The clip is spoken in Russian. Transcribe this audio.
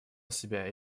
себя